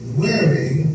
wearing